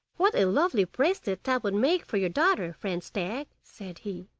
what a lovely bracelet that would make for your daughter, friend stag! said he.